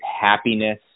happiness